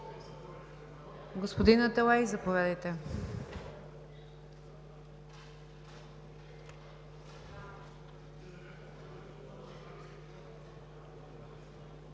Господин Аталай, заповядайте.